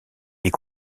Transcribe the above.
est